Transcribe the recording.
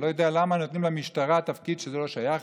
אני לא יודע למה נותנים למשטרה תפקיד שלא שייך